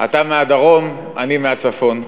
אתה מהדרום, אני מהצפון.